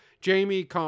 jamie